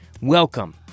welcome